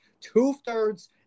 two-thirds